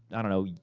i don't know,